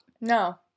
No